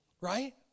Right